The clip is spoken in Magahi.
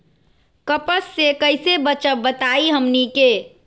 कपस से कईसे बचब बताई हमनी के?